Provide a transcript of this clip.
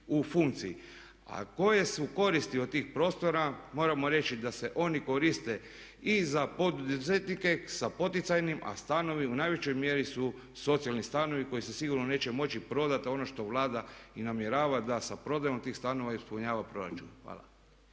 A koje su koristi od tih prostora? Moramo reći da se oni koriste i za poduzetnike sa poticajnim, a stanovi u najvećoj mjeri su socijalni stanovi koji se sigurno neće moći prodati. A ono što Vlada namjerava da sa prodajom tih stanova ispunjava proračun. Hvala.